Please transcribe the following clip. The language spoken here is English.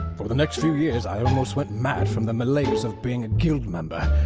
for the next few years, i almost went mad from the malaise of being a guild member,